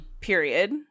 period